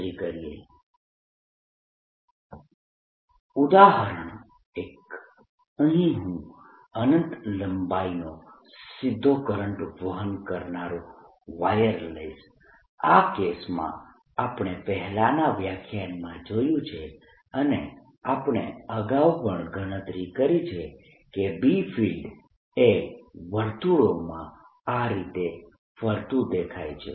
tmomentum or qAdimension of momentum ઉદાહરણ 1 અહીં હું અનંત લંબાઈનો સીધો કરંટનું વહન કરનાર વાયર લઈશ આ કેસમાં આપણે પહેલાના વ્યાખ્યાનમાં જોયું છે અને આપણે અગાઉ પણ ગણતરી કરી છે કે B ફિલ્ડ એ વર્તુળોમાં આ રીતે ફરતું દેખાય છે